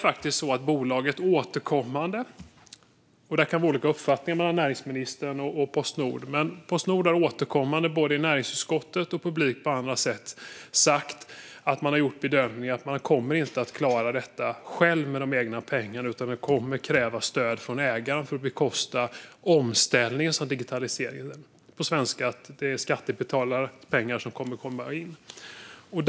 Näringsministern och Postnord må ha olika uppfattningar, men Postnord har återkommande i näringsutskottet och publikt på andra sätt sagt att man bedömer att man inte kommer att klara detta med egna pengar utan att det kommer att krävas stöd av ägaren för att bekosta omställningen på grund av digitaliseringen. På svenska betyder det att skattebetalarnas pengar kommer att behövas.